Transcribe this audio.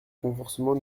renforcement